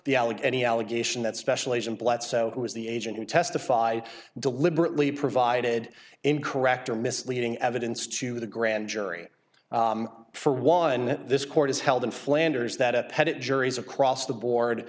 the allegheny allegation that special agent bledsoe who was the agent to testify deliberately provided incorrect or misleading evidence to the grand jury for one this court is held in flanders that had it juries across the board